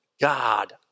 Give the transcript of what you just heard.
God